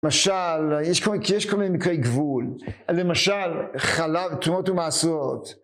למשל, יש כל מיני מקרי גבול. למשל, חלב, תרומות ומעשרות.